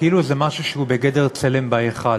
כאילו זה משהו שהוא בגדר צלם בהיכל.